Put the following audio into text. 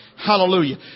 Hallelujah